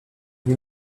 lui